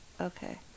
Okay